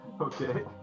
okay